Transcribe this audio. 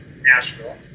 Nashville